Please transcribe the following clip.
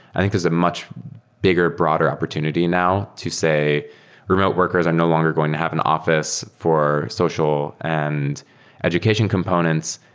i think there's a much bigger, broader opportunity now to say remote workers are no longer going to have an office for social and education components.